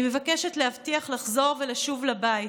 אני מבקשת להבטיח לחזור ולשוב לבית.